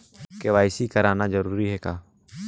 KYC कराना जरूरी है का?